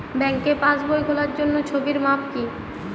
ব্যাঙ্কে পাসবই খোলার জন্য ছবির মাপ কী?